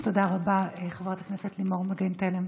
תודה רבה, חברת הכנסת לימור מגן תלם.